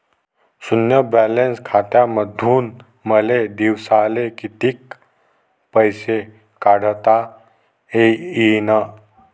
शुन्य बॅलन्स खात्यामंधून मले दिवसाले कितीक पैसे काढता येईन?